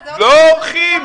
לא אורחים.